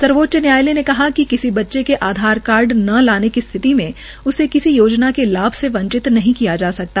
सर्वोच्च न्यायालय ने कहा कि किसी बच्चे के आधार कार्ड न लाने की स्थिति में उसे किसी योजना के लाभ से वंचित नहीं किया जा सकता